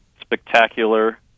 spectacular